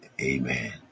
Amen